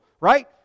right